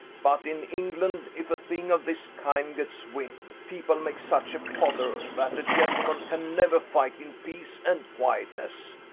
but in england if a thing of this kind gets wind, people make such a pother, that a gentleman can never fight in peace and quietness.